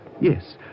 Yes